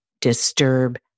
disturb